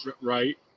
Right